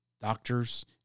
doctors